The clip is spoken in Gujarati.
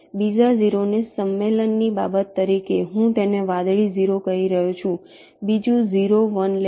બીજા 0ને સંમેલનની બાબત તરીકે હું તેને વાદળી 0 કહી રહ્યો છું બીજું 0 I લેબલ